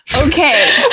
Okay